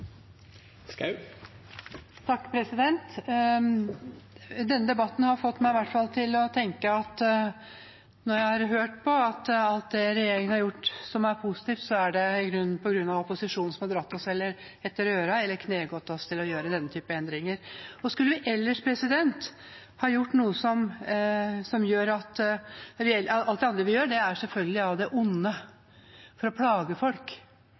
denne debatten, har det fått i hvert fall meg til å tenke at når regjeringen har gjort noe positivt, er det på grunn av at opposisjonen har dratt oss etter ørene eller knegått oss til å gjøre denne typen endringer. Alt det andre vi gjør, er selvfølgelig av det onde – for å plage folk. Sånn kan det altså gå i verdens rikeste land, i verdens nest beste land å bo i. Det er selvfølgelig ikke slik. Det